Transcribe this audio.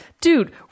Dude